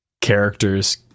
characters